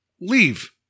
leave